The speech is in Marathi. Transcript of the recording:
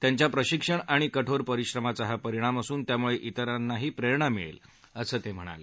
त्यांच्या प्रशिक्षण आणि कठोर परिश्रमाचा हा परिणाम असून यामुळे इतरांनाही प्रेरणा मिळेल असं ते म्हणाले